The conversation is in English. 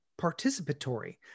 participatory